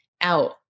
out